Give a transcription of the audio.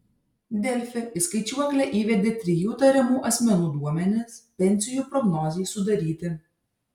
delfi į skaičiuoklę įvedė trijų tariamų asmenų duomenis pensijų prognozei sudaryti